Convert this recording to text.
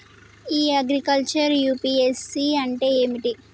ఇ agriculture UPSC అంటే ఏమిటి?